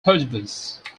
pardubice